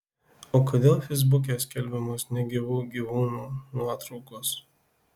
o kodėl feisbuke skelbiamos negyvų gyvūnų nuotraukos